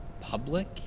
public